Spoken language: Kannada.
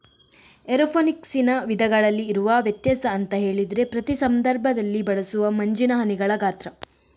ಏರೋಫೋನಿಕ್ಸಿನ ವಿಧಗಳಲ್ಲಿ ಇರುವ ವ್ಯತ್ಯಾಸ ಅಂತ ಹೇಳಿದ್ರೆ ಪ್ರತಿ ಸಂದರ್ಭದಲ್ಲಿ ಬಳಸುವ ಮಂಜಿನ ಹನಿಗಳ ಗಾತ್ರ